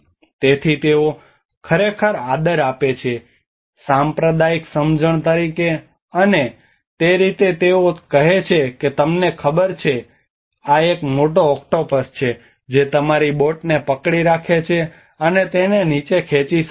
તેથી તેઓ ખરેખર આદર આપે છે કે સાંપ્રદાયિક સમજણ તરીકે અને તે રીતે તેઓ કહે છે કે તમને ખબર છે કે એક મોટો ઓક્ટોપસ છે જે તમારી બોટને પકડી રાખે છે અને તેને નીચે ખેંચી શકે છે